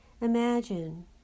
imagine